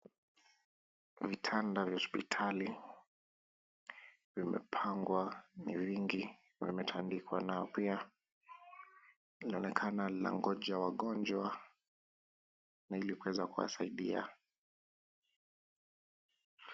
Vitanda vya hospitali, vimepangwa ni vingi na vimetandikwa na pia inaonekana linangoja wagonjwa ili kuweza kuwasaidia.